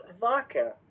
vodka